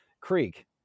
creek